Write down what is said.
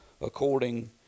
according